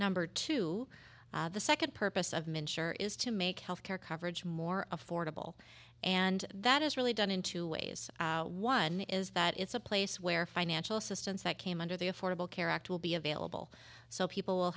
or two the second purpose of men sure is to make health care coverage more affordable and that is really done in two ways one is that it's a place where financial assistance that came under the affordable care act will be available so people